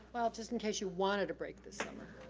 well, just in case you wanted a break this summer.